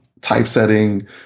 typesetting